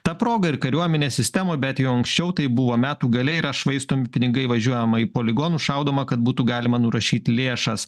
ta proga ir kariuomenės sistemoj bet jau anksčiau tai buvo metų gale yra švaistomi pinigai važiuojama į poligonus šaudoma kad būtų galima nurašyt lėšas